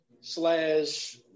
slash